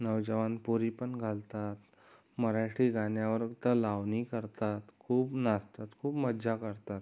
नौजवान पोरी पण घालतात मराठी गाण्यावर त्या लावणी करतात खूप नाचतात खूप मजा करतात